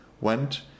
went